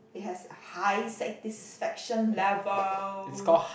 it has high satisfaction level